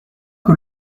que